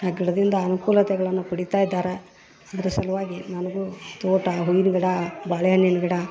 ಆ ಗಿಡದಿಂದ ಅನ್ಕುಲತೆಗಳನ್ನ ಪಡೀತಾ ಇದ್ದಾರೆ ಅದ್ರ ಸಲುವಾಗಿ ನನಗೂ ತೋಟ ಹೂವಿನ ಗಿಡ ಬಾಳೆ ಹಣ್ಣಿನ ಗಿಡ